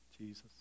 Jesus